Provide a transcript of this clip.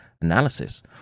analysis